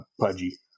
pudgy